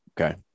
Okay